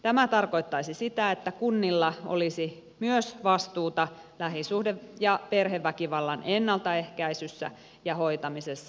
tämä tarkoittaisi sitä että kunnilla olisi myös vastuuta lähisuhde ja perheväkivallan ennaltaehkäisyssä ja hoitamisessa